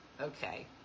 Okay